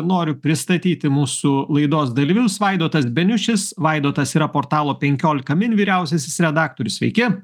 noriu pristatyti mūsų laidos dalyvius vaidotas beniušis vaidotas yra portalo penkiolika min vyriausiasis redaktorius sveiki